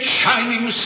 shining